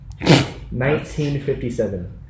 1957